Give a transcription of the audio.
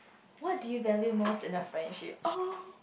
what do you value most in a friendship oh